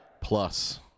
Plus